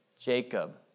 Jacob